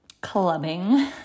clubbing